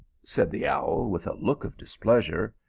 said the owl, with a look of displeasure.